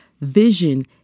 Vision